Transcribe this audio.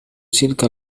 تلك